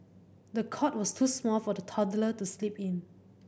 the cot was too small for the toddler to sleep in